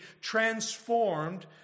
transformed